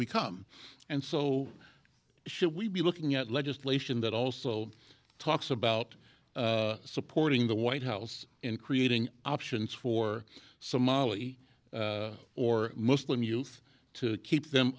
become and so should we be looking at legislation that also talks about supporting the white house and creating options for somali or muslim youth to keep them